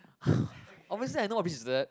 obviously I know what beach is that